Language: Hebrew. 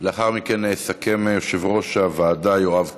לאחר מכן יסכם יושב-ראש הוועדה יואב קיש,